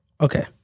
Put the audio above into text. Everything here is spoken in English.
Okay